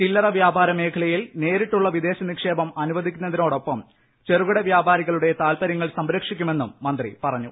ചില്ലറ വ്യാപാര മേഖലയിൽ നേരിട്ടുള്ള വിദേശ നിക്ഷേപം അനുവദിക്കുന്നതോടൊപ്പം ചെറുകിട വ്യാപാരികളുടെ താൽപരൃങ്ങൾ സംരക്ഷിക്കുമെന്നും മന്ത്രി പറഞ്ഞു